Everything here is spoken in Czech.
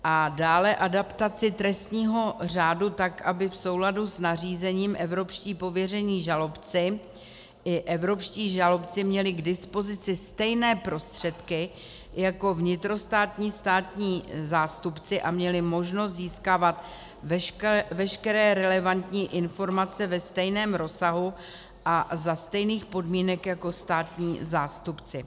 A dále adaptaci trestního řádu tak, aby v souladu s nařízením evropští pověření žalobci i evropští žalobci měli k dispozici stejné prostředky jako vnitrostátní státní zástupci a měli možnost získávat veškeré relevantní informace ve stejném rozsahu a za stejných podmínek jako státní zástupci.